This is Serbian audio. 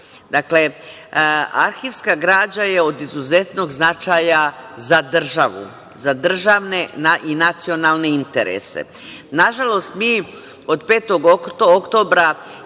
Dakle, arhivska građa je od izuzetnog značaja za državu, za državne i nacionalne interese. Nažalost, mi od 5. oktobra